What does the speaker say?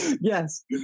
Yes